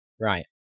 right